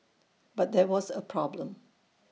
but there was A problem